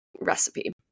recipe